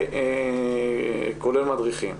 כולל מדריכים'.